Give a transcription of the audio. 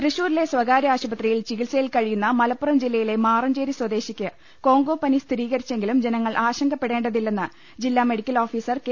തൃശൂരിലെ സ്ഥകാര്യ ആശുപത്രിയിൽ ചികിത്സയിൽ കഴിയുന്ന മലപ്പുറം ജില്ലയിലെ മാറഞ്ചേരി സ്വദേശിക്ക് കോംഗോ പനി സ്ഥിരീകരിച്ചെങ്കിലും ജനങ്ങൾ ആശങ്കപ്പെടേണ്ടതി ല്ലെന്ന് ജില്ലാ മെഡിക്കൽ ഓഫീസർ കെ